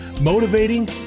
motivating